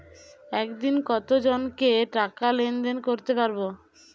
একদিন কত জনকে টাকা লেনদেন করতে পারবো?